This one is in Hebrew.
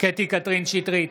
קטי קטרין שטרית,